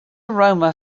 aroma